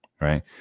Right